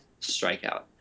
strikeout